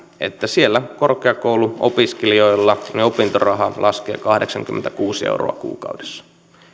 että korkeakouluopiskelijoilla opintoraha laskee kahdeksankymmentäkuusi euroa kuukaudessa